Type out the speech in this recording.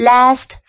Last